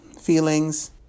feelings